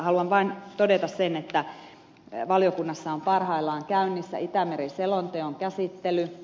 haluan vain todeta sen että valiokunnassa on parhaillaan käynnissä itämeri selonteon käsittely